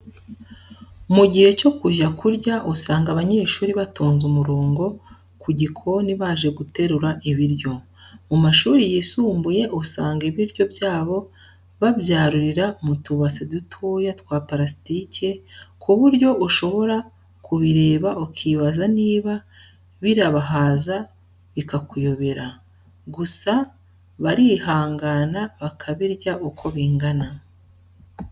Mu gihe cyo kujya kurya usanga abanyeshuri batonze umurongo ku gikoni baje guterura ibiryo. Mu mashuri yisumbuye usanga ibiryo byabo babyarurira mu tubase dutoya twa parasitike ku buryo ushobora kubireba ukibaza niba birabahaza bikakuyobera. Gusa barihangana bakabirya uko bingana.